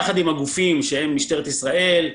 ביחד עם גופים כמו משטרת ישראל,